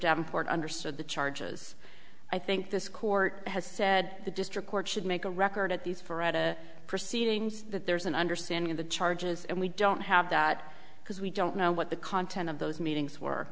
davenport understood the charges i think this court has said the district court should make a record at these forever proceedings that there's an understanding of the charges and we don't have that because we don't know what the content of those meetings were